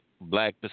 black